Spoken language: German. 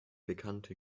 bekannte